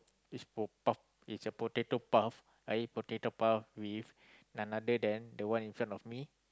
it's called puff is a potato puff I eat potato puff with none other than the one in front of me